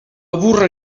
burra